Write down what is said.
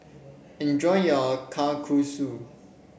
enjoy your Kalguksu